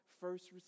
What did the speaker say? first